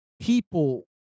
people